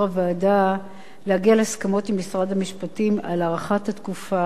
להגיע להסכמות עם משרד המשפטים על הארכת התקופה בצורה משמעותית.